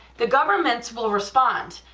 the governments will respond,